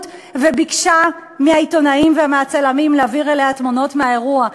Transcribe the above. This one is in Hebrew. וביקשה מהעיתונאים ומהצלמים להעביר אליה תמונות מהאירוע.